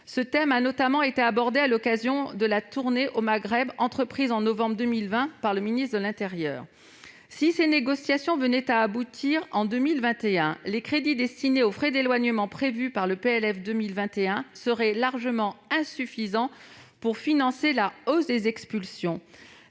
Ce thème a notamment été abordé à l'occasion de la tournée au Maghreb entreprise en novembre 2020 par le ministre de l'intérieur. Si ces négociations venaient à aboutir en 2021, les crédits destinés aux frais d'éloignement prévus dans le PLF pour 2021 seraient largement insuffisants pour financer la hausse des expulsions.